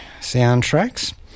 soundtracks